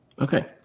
Okay